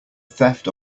theft